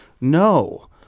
No